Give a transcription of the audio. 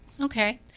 Okay